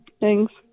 Thanks